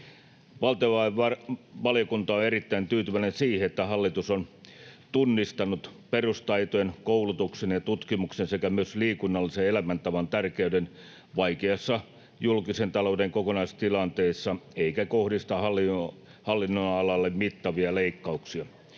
Valtiovarainvaliokunta on erittäin tyytyväinen siihen, että hallitus on tunnistanut perustaitojen, koulutuksen ja tutkimuksen sekä myös liikunnallisen elämäntavan tärkeyden vaikeassa julkisen talouden kokonaistilanteessa eikä kohdista hallinnonalalle mittavia leikkauksia,